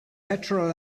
petrol